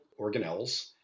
organelles